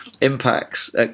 impacts